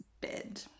bed